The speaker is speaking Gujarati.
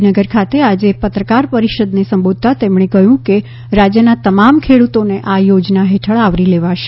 ગાંધીનગર ખાતે આજે પત્રકાર પરિષદને સંબોધતા તેમણે કહ્યું કે રાજ્યના તમામ ખેડૂતોને આ યોજના હેઠળ આવરી લેવાશે